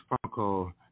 Franco